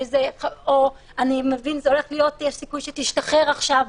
או: יש סיכוי שתשתחרר עכשיו,